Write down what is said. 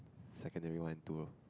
secondary one two